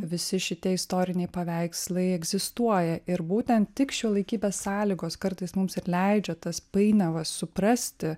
visi šitie istoriniai paveikslai egzistuoja ir būtent tik šiuolaikybės sąlygos kartais mums ir leidžia tas painiavas suprasti